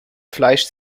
fleisch